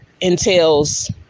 entails